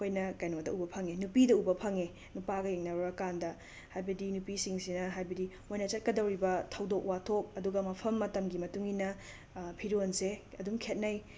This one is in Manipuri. ꯑꯩꯈꯣꯏꯅ ꯀꯩꯅꯣꯗ ꯎꯕ ꯐꯪꯉꯦ ꯅꯨꯄꯤꯗ ꯎꯕ ꯐꯪꯉꯦ ꯅꯨꯄꯥꯒ ꯌꯦꯡꯅꯔꯨꯔꯀꯥꯟꯗ ꯍꯥꯏꯕꯗꯤ ꯅꯨꯄꯤꯁꯤꯡꯁꯤꯅ ꯍꯥꯏꯕꯗꯤ ꯃꯣꯏꯅ ꯆꯠꯀꯗꯧꯔꯤꯕ ꯊꯧꯗꯣꯛ ꯋꯥꯊꯣꯛ ꯑꯗꯨꯒ ꯃꯐꯝ ꯃꯇꯝꯒꯤ ꯃꯇꯨꯡ ꯏꯟꯅ ꯐꯤꯔꯣꯟꯁꯦ ꯑꯗꯨꯝ ꯈꯦꯠꯅꯩ